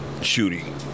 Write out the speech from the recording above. shooting